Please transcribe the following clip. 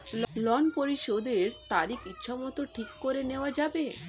ঋণ পরিশোধের তারিখ ইচ্ছামত ঠিক করে নেওয়া যাবে?